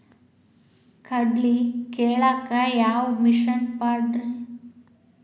ಕಡ್ಲಿ ಕೇಳಾಕ ಯಾವ ಮಿಷನ್ ಪಾಡ್ರಿ?